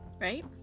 right